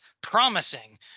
promising